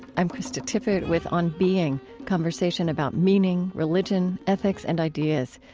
i'm krista tippett with on being conversation about meaning, religion, ethics, and ideas.